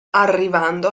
arrivando